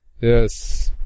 yes